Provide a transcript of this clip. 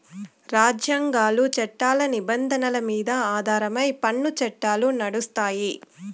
రాజ్యాంగాలు, చట్టాల నిబంధనల మీద ఆధారమై పన్ను చట్టాలు నడుస్తాయి